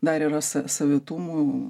dar yra savitumų